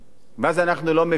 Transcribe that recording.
ואז אנחנו לא מבינים.